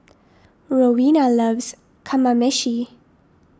Roena loves Kamameshi